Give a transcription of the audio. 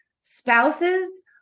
spouses